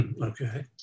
Okay